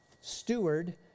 steward